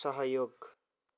सहयोग